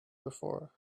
before